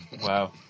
wow